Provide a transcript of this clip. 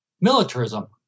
militarism